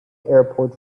airport